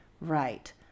right